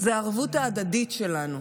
זה הערבות ההדדית שלנו.